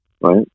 right